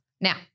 Now